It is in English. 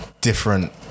different